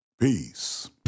Peace